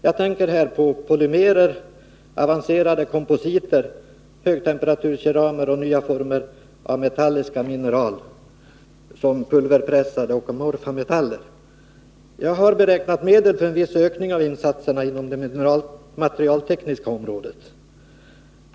Jag tänker här på polymerer, avancerade kompositer, högtemperaturkeramer och nya former av metalliska material som pulverpressade och amorfa metaller. Jag har beräknat medel för en viss ökning av insatserna inom det materialtekniska området.